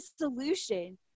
solution